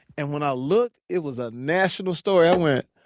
and when i looked, it was a national story. i went,